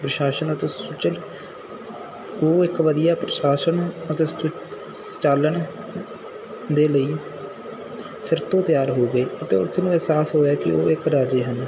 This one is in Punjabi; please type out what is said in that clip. ਪ੍ਰਸ਼ਾਸਨ ਅਤੇ ਸੁਚਲ ਉਹ ਇੱਕ ਵਧੀਆ ਪ੍ਰਸ਼ਾਸਨ ਅਤੇ ਸਚਚ ਸੰਚਾਲਨ ਦੇ ਲਈ ਫਿਰ ਤੋਂ ਤਿਆਰ ਹੋ ਗਏ ਅਤੇ ਉਸ ਨੂੰ ਅਹਿਸਾਸ ਹੋਇਆ ਕਿ ਉਹ ਇੱਕ ਰਾਜੇ ਹਨ